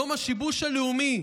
יום השיבוש הלאומי.